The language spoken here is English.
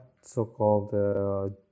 so-called